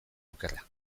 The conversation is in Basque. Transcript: okerra